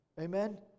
Amen